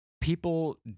People